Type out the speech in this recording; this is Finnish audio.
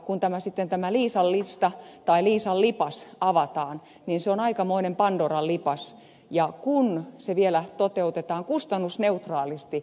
kun sitten tämä liisan lista tai liisan lipas avataan niin se on aikamoinen pandoran lipas kun se vielä toteutetaan kustannusneutraalisti